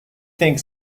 think